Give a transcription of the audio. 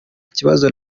kibazo